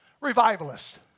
revivalist